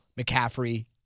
McCaffrey